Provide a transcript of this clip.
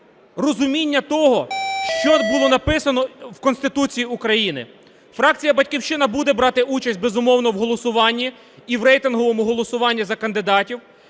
розуміння того, що ж було написано в Конституції України. Фракція "Батьківщина" буде брати участь, безумовно, в голосуванні і в рейтинговому голосуванні за кандидатів.